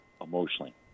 emotionally